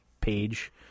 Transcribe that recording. page